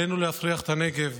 עלינו להפריח את הנגב.